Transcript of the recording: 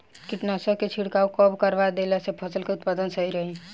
कीटनाशक के छिड़काव कब करवा देला से फसल के उत्पादन सही रही?